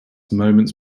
moments